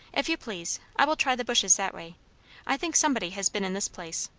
if you please, i will try the bushes that way i think somebody has been in this place.